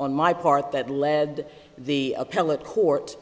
on my part that lead the appellate court